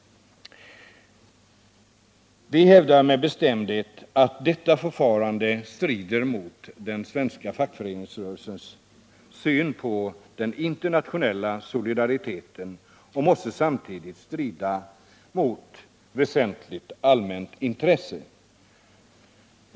Vi hävdar med bestämdhet att detta förfarande strider mot den svenska fackföreningsrörelsens syn på den internationella solidariteten och samtidigt måste strida mot ett väsentligt allmänt intresse.